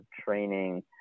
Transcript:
training